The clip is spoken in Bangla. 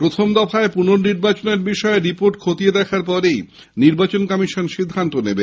প্রথম দফার পুন নির্বাচনের বিষয়ে রিপোর্ট খতিয়ে দেখে নির্বাচন কমিশন সিদ্ধান্ত নেবে